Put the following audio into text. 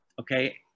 okay